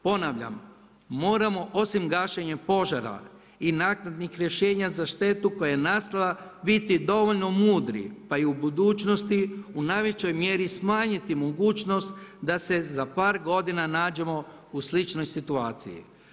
Ponavljam, moramo osim gašenja požara i naknadnih rješenja za štetu koja je nastala biti dovoljno mudri pa i u budućnosti u najvećoj mjeri smanjiti mogućnost da se za par godina nađemo u sličnoj situaciji.